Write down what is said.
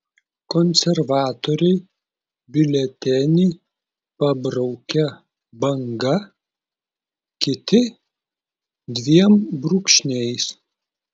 konservatoriai biuletenį pabraukia banga kiti dviem brūkšniais